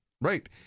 Right